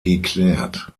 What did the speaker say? geklärt